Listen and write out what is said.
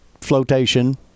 flotation